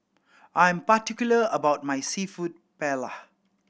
I am particular about my Seafood Paella